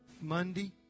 Monday